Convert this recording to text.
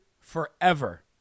forever